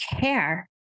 care